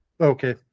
Okay